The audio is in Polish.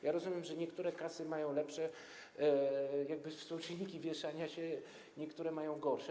Ja rozumiem, że niektóre kasy mają lepsze jakby współczynniki wieszania się, niektóre mają gorsze.